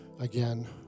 again